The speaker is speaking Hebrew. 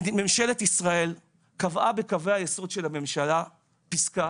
ממשלת ישראל קבעה בקווי הייסוד של הממשלה פסקה